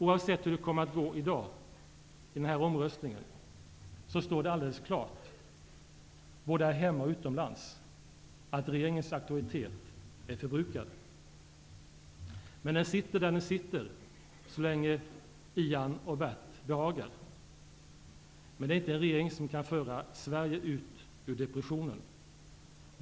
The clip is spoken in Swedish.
Oavsett hur det kommer att gå i dag i omröstningen, står det alldeles klart, både här hemma och utomlands, att regeringens auktoritet är förbrukad. Men den sitter där den sitter så länge Ian och Bert behagar. Det är inte en regering som kan föra Sverige ut ur depressionen.